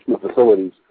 facilities